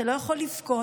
שלא יכול לבכות,